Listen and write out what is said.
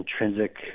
intrinsic